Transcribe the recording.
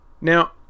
Now